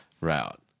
route